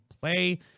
play